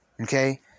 Okay